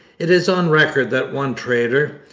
it is on record that one trader,